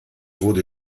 wurde